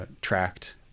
tracked